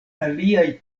aliaj